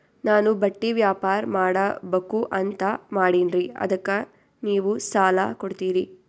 ನಾನು ಬಟ್ಟಿ ವ್ಯಾಪಾರ್ ಮಾಡಬಕು ಅಂತ ಮಾಡಿನ್ರಿ ಅದಕ್ಕ ನೀವು ಸಾಲ ಕೊಡ್ತೀರಿ?